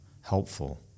helpful